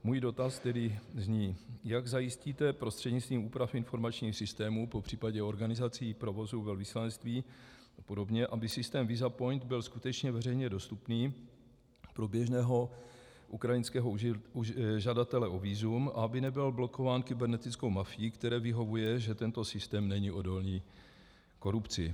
Můj dotaz tedy zní, jak zajistíte prostřednictvím úprav informačního systému, popřípadě organizací provozu velvyslanectví a podobně, aby systém Visapoint byl skutečně veřejně dostupný pro běžného ukrajinského žadatele o vízum a aby nebyl blokován kybernetickou mafií, které vyhovuje, že tento systém není odolný korupci.